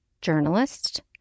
journalist